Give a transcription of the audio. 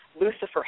Lucifer